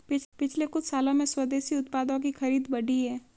पिछले कुछ सालों में स्वदेशी उत्पादों की खरीद बढ़ी है